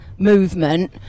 movement